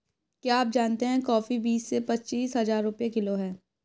क्या आप जानते है कॉफ़ी बीस से पच्चीस हज़ार रुपए किलो है?